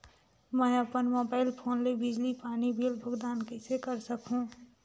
मैं अपन mobile phone ले बिजली पानी बिल भुगतान कइसे कर सकहुं?